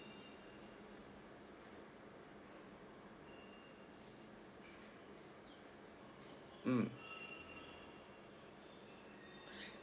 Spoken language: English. mm